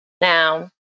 Now